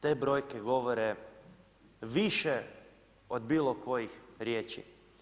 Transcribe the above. Te brojke govore više od bilo kojih riječi.